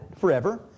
forever